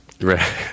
Right